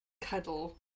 cuddle